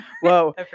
Whoa